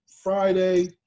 Friday